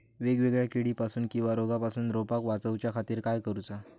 वेगवेगल्या किडीपासून किवा रोगापासून रोपाक वाचउच्या खातीर काय करूचा?